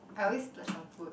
I always splurge on food